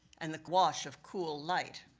and the wash of cool light.